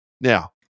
now